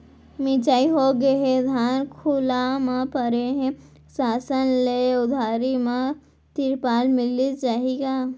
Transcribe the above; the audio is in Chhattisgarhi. मिंजाई होगे हे, धान खुला म परे हे, शासन ले उधारी म तिरपाल मिलिस जाही का?